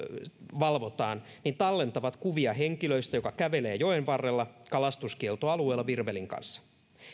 valvotaan tallentavat kuvia henkilöstä joka kävelee joen varrella kalastuskieltoalueella virvelin kanssa